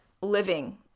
living